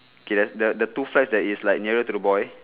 okay the the the two flags that is like nearer to the boy